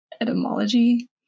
etymology